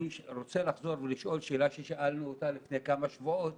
אני רוצה לחזור ולשאול שאלה ששאלנו לפני כמה שבועות